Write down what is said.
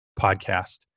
podcast